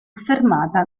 fermata